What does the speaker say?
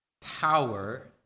power